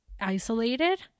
isolated